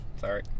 Sorry